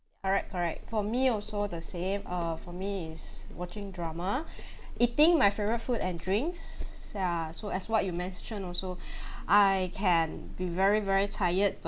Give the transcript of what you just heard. correct correct for me also the same uh for me is watching drama eating my favourite food and drinks ya so as what you mention also I can be very very tired